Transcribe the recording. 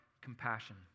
compassion